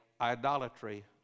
idolatry